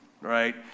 right